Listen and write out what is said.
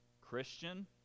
Christian